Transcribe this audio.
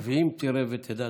ואם תראה ותדע,